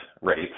rates